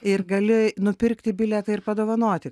ir gali nupirkti bilietą ir padovanoti